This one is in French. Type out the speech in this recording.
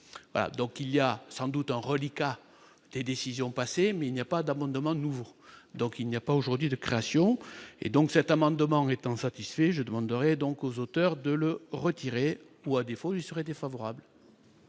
donc il y a sans doute un reliquat des décisions passées, mais il n'y a pas d'amendement nouveau, donc il n'y a pas aujourd'hui de création et donc cet amendement étant satisfait je demanderai donc aux auteurs de le retirer défendu seraient défavorables.